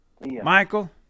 Michael